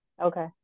Okay